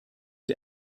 der